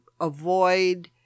Avoid